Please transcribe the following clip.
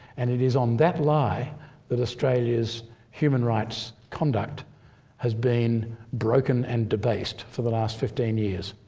and it is on that lie that australia's human rights conduct has been broken and debased for the last fifteen years.